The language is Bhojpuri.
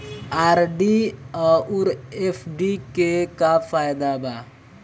आर.डी आउर एफ.डी के का फायदा बा?